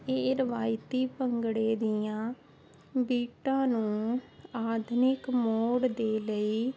ਇਹ ਰਵਾਇਤੀ ਭੰਗੜੇ ਦੀਆਂ ਬੀਟਾਂ ਨੂੰ ਆਧੁਨਿਕ ਮੋੜ ਦੇ ਲਈ